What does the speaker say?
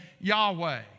Yahweh